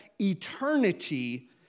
eternity